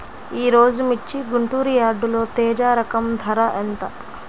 ఈరోజు మిర్చి గుంటూరు యార్డులో తేజ రకం ధర ఎంత?